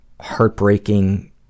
heartbreaking